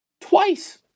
twice